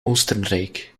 oostenrijk